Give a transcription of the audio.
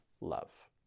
love